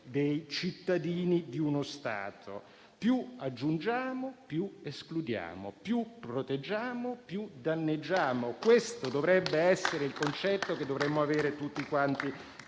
dei cittadini di uno Stato. Più aggiungiamo, più escludiamo; più proteggiamo, più danneggiamo. Questo dovrebbe essere il concetto che dovremmo avere tutti quanti